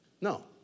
No